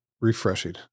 refreshing